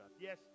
Yes